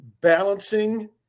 balancing